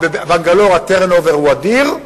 ובבנגלור ה-turn over הוא אדיר,